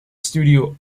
studio